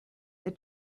the